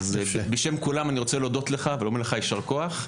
אז בשם כולם אני רוצה להודות לך ולומר לך יישר כח,